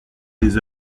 des